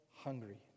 hungry